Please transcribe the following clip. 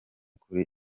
kuri